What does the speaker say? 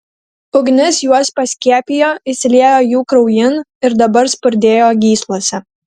ugnis juos paskiepijo įsiliejo jų kraujin ir dabar spurdėjo gyslose